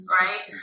right